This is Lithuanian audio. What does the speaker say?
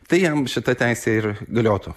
tai jam šita teisė ir galiotų